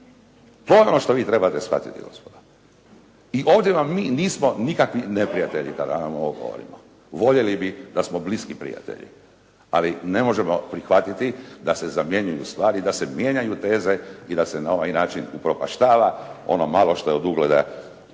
… ono što vi trebate shvatiti gospodo. I ovdje vam mi nismo nikakvi neprijatelji kada vam ovo govorimo. Voljeli bi da smo bliski prijatelji, ali ne možemo prihvatiti da se zamjenjuju stvari, da se mijenjaju teze i da se na ovaj način upropaštava ono malo što je od ugleda